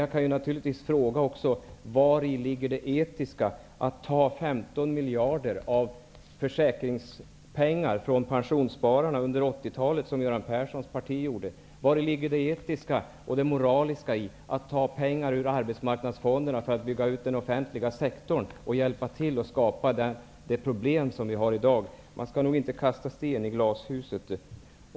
Jag kan naturligtvis fråga vari det etiska låg i att under 80-talet ta 15 miljarder av försäkringspengarna från pensionsspararna, vilket Göran Perssons parti gjorde. Vari ligger det etiska och det moraliska i att ta pengar ur arbetsmarknadsfonderna för att bygga ut den offentliga sektorn och hjälpa till att skapa de problem som vi i dag har? Man skall nog inte kasta sten i glashuset.